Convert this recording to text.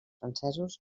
francesos